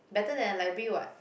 better than the library what